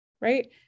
Right